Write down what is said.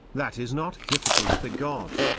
that is not difficult for god.